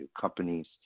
companies